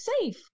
safe